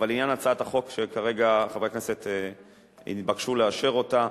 אבל לעניין הצעת החוק שכרגע חברי הכנסת התבקשו לאשר אותה,